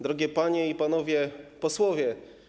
Drogie Panie i Panowie Posłowie!